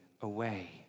away